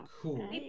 Cool